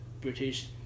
British